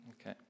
Okay